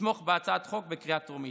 שיתמוך בהצעת החוק בקריאה טרומית.